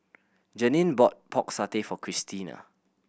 Jeannine bought Pork Satay for Cristina